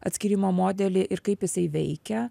atskyrimo modelį ir kaip jisai veikia